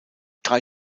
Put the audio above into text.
drei